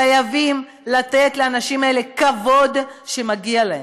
חייבים לתת לאנשים האלה כבוד, שמגיע להם.